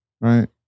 right